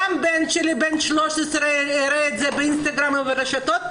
גם הבן שלי בן ה-13 יראה את זה באינסטגרם או ברשתות.